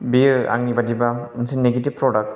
बेयो आंनि बायदिबा मोनसे निगेटिभ प्रदाक्ट